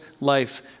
life